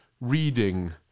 reading